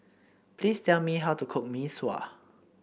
please tell me how to cook Mee Sua